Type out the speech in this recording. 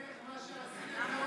זה מה שעשיתם באוסלו, לא?